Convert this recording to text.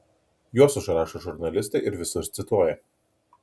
juos užrašo žurnalistai ir visur cituoja